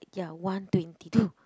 ya one twenty two